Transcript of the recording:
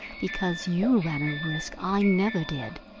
because you ran a risk i never did.